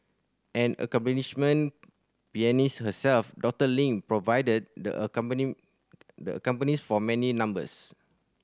an accomplishment pianist herself Doctor Ling provided the accompany the accompanies for many numbers